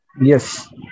Yes